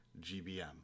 GBM